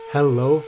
Hello